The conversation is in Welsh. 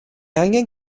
angen